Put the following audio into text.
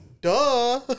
Duh